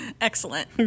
Excellent